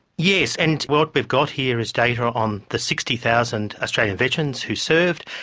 yes, and what we've got here is data on the sixty thousand australian veterans who served.